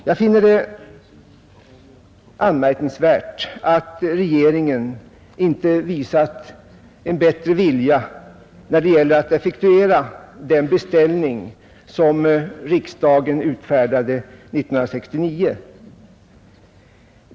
Jag finner det anmärkningsvärt att regeringen inte visat bättre vilja när det gäller att effektuera den beställning som riksdagen utfärdade 1969.